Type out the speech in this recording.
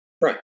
right